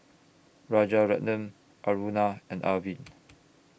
Rajaratnam Aruna and Arvind